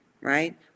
right